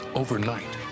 overnight